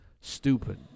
Stupid